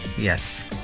yes